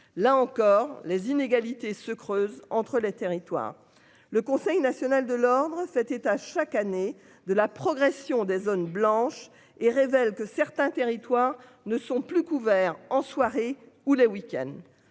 là encore, les inégalités se creusent entre les territoires. Le Conseil national de l'Ordre fait état chaque année de la progression des zones blanches et révèle que certains territoires ne sont plus couverts en soirée ou le weekend.